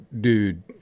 dude